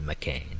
McCain